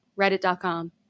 reddit.com